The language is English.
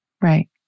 Right